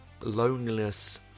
Loneliness